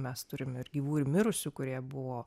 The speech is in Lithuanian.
mes turim ir gyvų ir mirusių kurie buvo